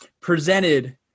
presented